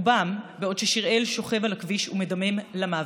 רובם בעוד שיראל שוכב על הכביש ומדמם למוות.